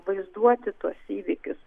vaizduoti tuos įvykius